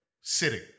sitting